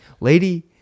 lady